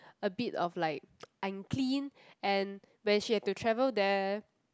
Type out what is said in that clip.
a bit of like unclean and when she have to travel there